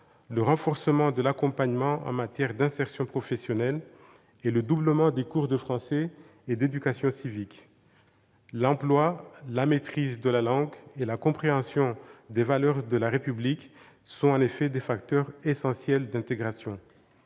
le renforcement de l'accompagnement en matière d'insertion professionnelle, et le doublement des cours de français et d'éducation civique. L'emploi, la maîtrise de la langue et la compréhension des valeurs de la République sont en effet des facteurs essentiels d'intégration.